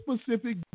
specific